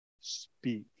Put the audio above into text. speak